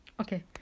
Okay